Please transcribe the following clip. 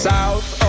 South